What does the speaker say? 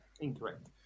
Incorrect